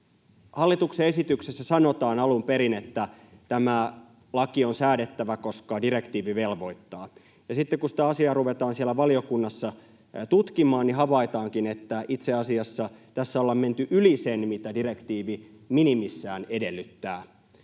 hallituksen esityksessä sanotaan alun perin, että tämä laki on säädettävä, koska direktiivi velvoittaa, ja sitten, kun sitä asiaa ruvetaan siellä valiokunnassa tutkimaan, niin havaitaankin, että itse asiassa tässä ollaan menty yli sen, mitä direktiivi minimissään edellyttää.